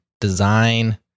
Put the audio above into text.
design